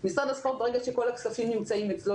ברגע שכל הכספים נמצאים אצל משרד הספורט